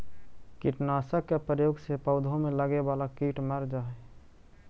कीटनाशक के प्रयोग से पौधा में लगे वाला कीट मर जा हई